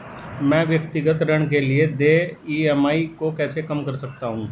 मैं व्यक्तिगत ऋण के लिए देय ई.एम.आई को कैसे कम कर सकता हूँ?